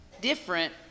different